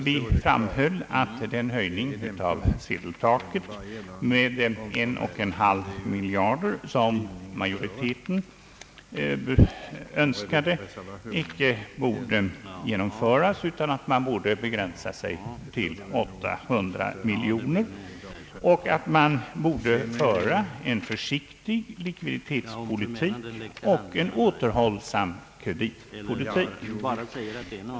Vi framhöll, att den höjning av sedeltaket med 1,5 miljard kronor som majoriteten önskade inte borde genomföras, utan att man borde begränsa sig till 800 miljoner kronor, och att man borde föra en försiktig likviditetspolitik och en återhållsam kreditpolitik.